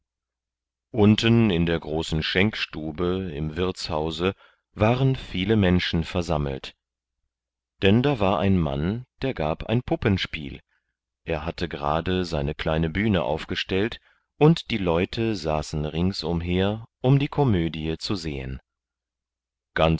unten in der großen schenkstube im wirtshause waren viele menschen versammelt denn da war ein mann der gab ein puppenspiel er hatte gerade seine kleine bühne aufgestellt und die leute saßen ringsumher um die komödie zu sehen